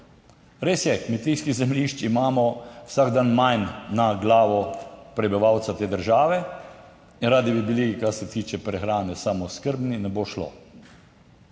Res je, kmetijskih zemljišč imamo vsak dan manj na glavo prebivalca te države in radi bi bili, kar se tiče prehrane, samooskrbni. Ne bo šlo.